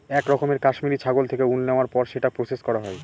এক রকমের কাশ্মিরী ছাগল থেকে উল নেওয়ার পর সেটা প্রসেস করা হয়